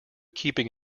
keeping